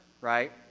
right